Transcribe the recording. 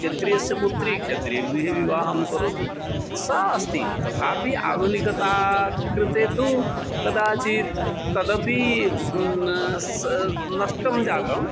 क्षत्रियस्य पुत्री क्षत्रियगृहे विवाहं करोति सा अस्ति तथापि आधुनिकता कृते तु कदाचित् तदपि तन्न सः नष्टं जातं